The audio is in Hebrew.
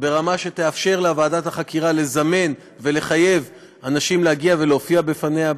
ברמה שתאפשר לוועדת החקירה לזמן ולחייב אנשים להגיע ולהופיע לפניה,